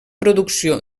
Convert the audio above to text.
producció